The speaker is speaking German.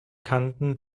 kanten